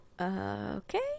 Okay